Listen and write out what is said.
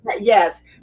Yes